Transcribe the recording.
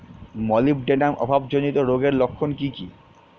Molybdenum অভাবজনিত রোগের লক্ষণ কি কি?